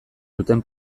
duten